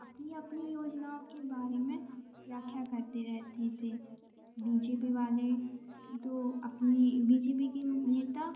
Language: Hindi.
अपनी अपनी योजनाओं के बारे में व्याख्या करते रहते थे बी जे पी वाले तो अपनी बी जे पी के नेता